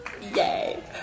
Yay